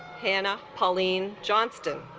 hannah pauline johnston